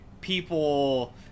people